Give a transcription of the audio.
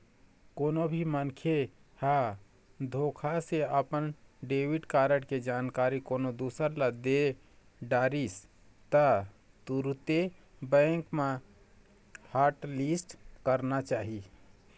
कोनो भी मनखे ह धोखा से अपन डेबिट कारड के जानकारी कोनो दूसर ल दे डरिस त तुरते बेंक म हॉटलिस्ट कराना चाही